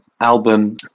album